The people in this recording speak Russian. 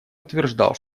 утверждал